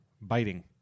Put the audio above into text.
biting